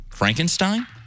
Frankenstein